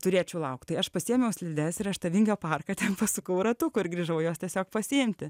turėčiau laukt tai aš pasiėmiau slides ir aš tą vingio parką ten pasukau ratukų ir grįžau jos tiesiog pasiimti